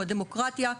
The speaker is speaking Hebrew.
הוא הדמוקרטיה,